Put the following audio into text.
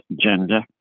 gender